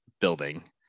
building